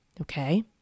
Okay